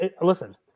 Listen